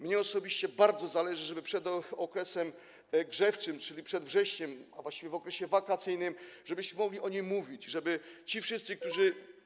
Mnie osobiście bardzo zależy, żebyśmy przed okresem grzewczym, czyli przed wrześniem, a właściwie w okresie wakacyjnym mogli o niej mówić, żeby ci wszyscy, którzy.